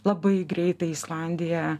labai greitai į islandiją